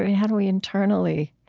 how do we internally